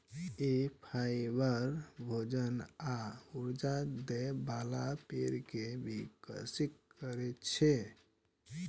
ई fibre, भोजन आ ऊर्जा दै बला पेड़ कें विकसित करै छै